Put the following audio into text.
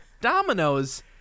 dominoes